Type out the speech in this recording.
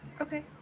okay